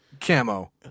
camo